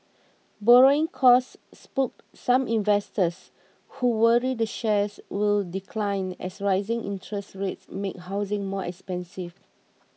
borrowing costs spooked some investors who worry the shares will decline as rising interest rates make housing more expensive